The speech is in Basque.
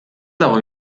dago